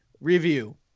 Review